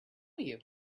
you